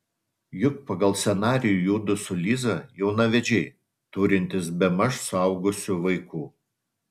juk pagal scenarijų judu su liza jaunavedžiai turintys bemaž suaugusių vaikų